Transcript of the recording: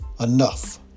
enough